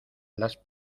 las